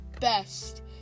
best